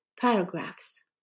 paragraphs